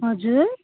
हजुर